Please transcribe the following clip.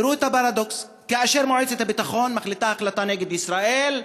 תראו את הפרדוקס: כאשר מועצת הביטחון מחליטה החלטה נגד ישראל,